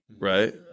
right